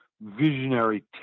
visionary